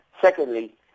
Secondly